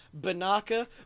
Banaka